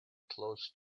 close